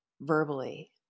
verbally